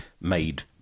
made